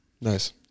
Nice